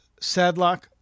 Sadlock